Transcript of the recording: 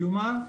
כלומר,